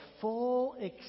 full